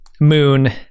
moon